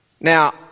Now